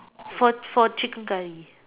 for for chicken curry